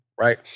Right